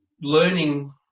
learning